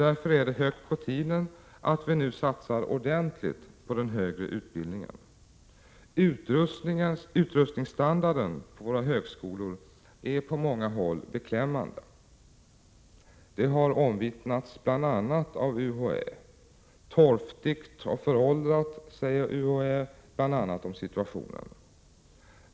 Det är därför högt på tiden att vi nu satsar ordentligt på den högre utbildningen. Utrustningsstandarden på våra högskolor är på många håll beklämmande. Det har omvittnats bl.a. av UHÄ. Torftigt och föråldrat, säger UHÄ om situationen.